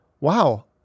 wow